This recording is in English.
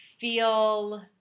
feel